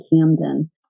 Camden